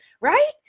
right